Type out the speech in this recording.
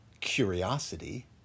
Curiosity